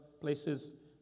places